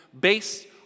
based